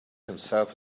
himself